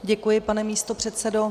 Děkuji, pane místopředsedo.